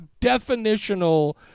definitional